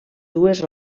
dues